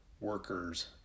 workers